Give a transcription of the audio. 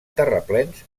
terraplens